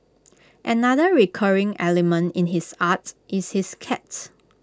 another recurring element in his arts is his cat